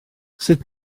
sut